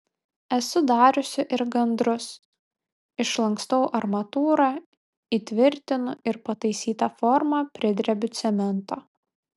esu dariusi ir gandrus išlankstau armatūrą įtvirtinu ir pataisytą formą pridrebiu cemento